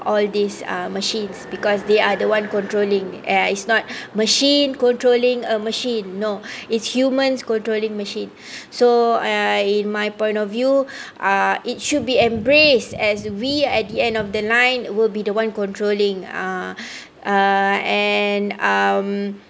all these uh machines because they are the one controlling and it's not machine controlling a machine no is humans controlling machine so in my point of view uh it should be embraced as we at the end of the line will be the one controlling ah uh and um